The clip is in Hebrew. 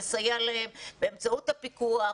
לסייע להם באמצעות הפיקוח.